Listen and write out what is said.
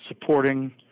supporting